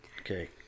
Okay